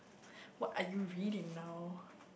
what are you reading now